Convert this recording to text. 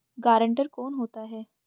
Guarantor कौन होता है?